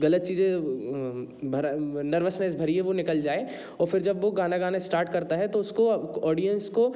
ग़लत चीज़ें भरा नर्वसनेस भरी है वो निकल जाए और फिर जब वो गाना गाना स्टार्ट करता है तो उसको ऑडियंस को